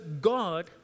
God